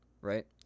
right